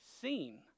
seen